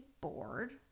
bored